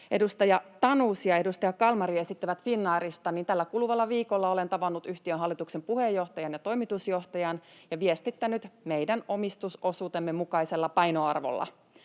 edustaja Tanus ja edustaja Kalmari esittivät Finnairista: Tällä kuluvalla viikolla olen tavannut yhtiön hallituksen puheenjohtajan ja toimitusjohtajan ja viestittänyt meidän omistusosuutemme mukaisella painoarvolla